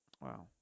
Wow